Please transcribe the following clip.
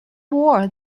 war